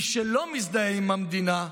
מי שלא מזדהה עם המדינה,